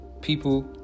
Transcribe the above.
people